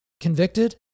convicted